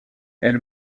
elle